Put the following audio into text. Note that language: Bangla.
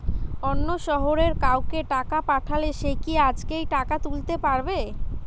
অন্য শহরের কাউকে টাকা পাঠালে সে কি আজকেই টাকা তুলতে পারবে?